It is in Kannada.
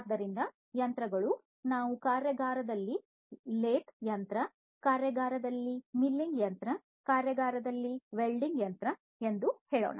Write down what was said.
ಆದ್ದರಿಂದ ಯಂತ್ರಗಳು ನಾವು ಕಾರ್ಯಾಗಾರದಲ್ಲಿ ಲೇಥ್ ಯಂತ್ರ ಕಾರ್ಯಾಗಾರದಲ್ಲಿ ಮಿಲ್ಲಿಂಗ್ ಯಂತ್ರ ಕಾರ್ಯಾಗಾರದಲ್ಲಿ ವೆಲ್ಡಿಂಗ್ ಯಂತ್ರ ಎಂದು ಹೇಳೋಣ